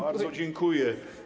Bardzo dziękuję.